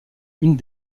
une